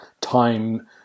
time